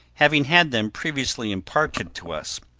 having had them previously imparted to us.